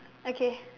okay